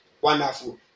Wonderful